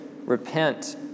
Repent